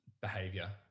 behavior